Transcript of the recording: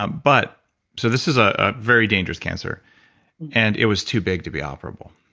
um but so this is a very dangerous cancer and it was too big to be operable.